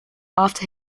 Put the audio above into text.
after